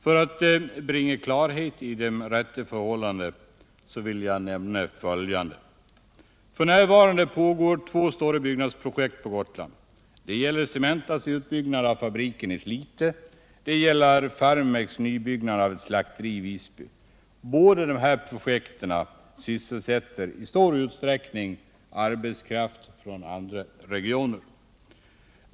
För att bringa klarhet i de rätta förhållandena vill jag nämna följande: F. n. pågår två stora byggnadsprojekt på Gotland. Det gäller Cementas utbyggnad av fabriken i Slite och Farmeks nybyggnad av ett slakteri i Visby. Båda dessa projekt sysselsätter i stor utsträckning arbetskraft från andra regioner.